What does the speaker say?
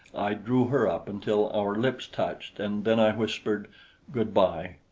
i drew her up until our lips touched, and, then i whispered good-bye!